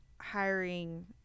hiring